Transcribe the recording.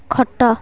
ଖଟ